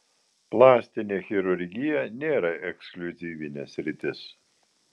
plastinė chirurgija nėra ekskliuzyvinė sritis